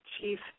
chief